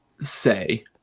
say